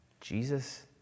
Jesus